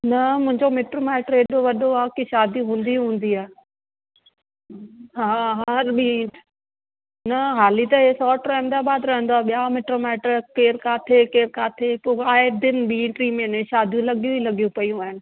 न मुंहिंजो मिटु माइटु हेॾो वॾो आहे की शादी हूंदी हूंदी आहे हा हर ॿि न हाली त हे सौटु अहमदाबाद रहंदो आहे ॿिया मिट माइट केरु किथे केरु किथे को आहे दीन ॿीं टीं महीने शादियूं लॻियूं ई लॻियूं पियूं आहिनि